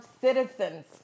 citizens